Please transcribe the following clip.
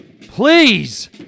Please